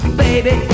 baby